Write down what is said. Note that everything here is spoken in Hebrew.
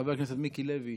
חבר הכנסת מיקי לוי,